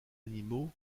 animaux